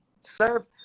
Serve